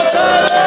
time